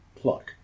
pluck